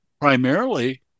primarily